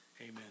Amen